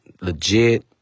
legit